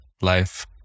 life